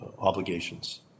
obligations